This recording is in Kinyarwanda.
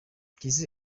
mpyisi